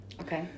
Okay